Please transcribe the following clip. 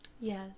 Yes